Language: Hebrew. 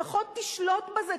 לפחות תשלוט בזה,